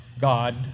God